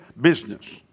business